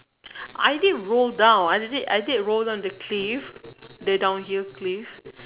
I did roll down I did it I did roll down the cliff the downhill cliff